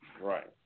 Right